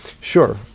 Sure